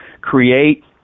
create